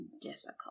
difficult